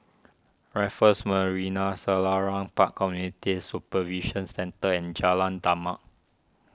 Raffles Marina Selarang Park Community Supervision Centre and Jalan Demak